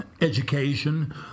education